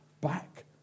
back